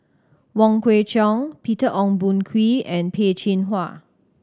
Wong Kwei Cheong Peter Ong Boon Kwee and Peh Chin Hua